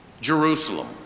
Jerusalem